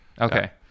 Okay